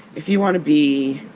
if you want to be.